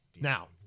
now